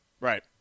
Right